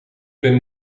ben